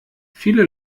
viele